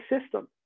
system